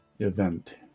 Event